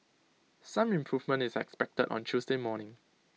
some improvement is expected on Tuesday morning